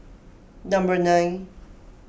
number nine